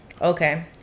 Okay